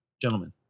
Gentlemen